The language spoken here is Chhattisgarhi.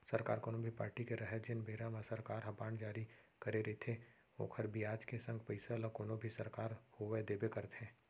सरकार कोनो भी पारटी के रहय जेन बेरा म सरकार ह बांड जारी करे रइथे ओखर बियाज के संग पइसा ल कोनो भी सरकार होवय देबे करथे